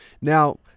Now